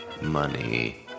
money